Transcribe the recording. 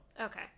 Okay